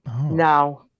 No